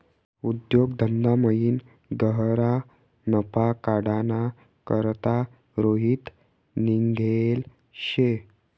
उद्योग धंदामयीन गह्यरा नफा काढाना करता रोहित निंघेल शे